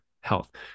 health